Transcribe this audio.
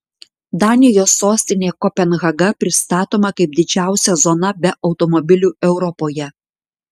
danijos sostinė kopenhaga pristatoma kaip didžiausia zona be automobilių europoje